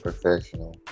professional